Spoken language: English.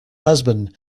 husband